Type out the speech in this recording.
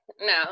No